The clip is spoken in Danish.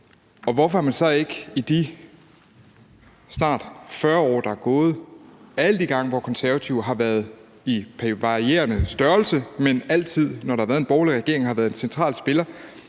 Og hvorfor har man så ikke i de snart 40 år, der er gået, altså alle de gange, hvor Konservative har været med, i varierende størrelse, men hvor man altid, når der har været en borgerlig regering, har været en central spiller,